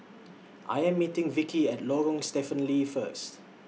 I Am meeting Vickie At Lorong Stephen Lee First